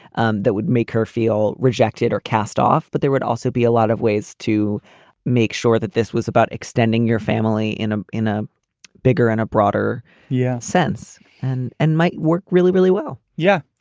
um that would make her feel rejected or cast off. but there would also be a lot of ways to make sure that this was about extending your family in ah in a bigger and a broader yeah sense and and might work really, really well yeah.